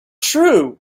true